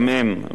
גם הם.